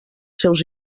seus